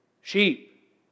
sheep